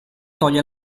toglie